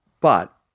But-